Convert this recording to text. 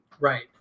right